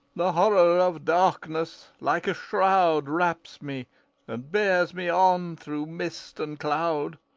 the horror of darkness, like a shroud, wraps me and bears me on through mist and cloud.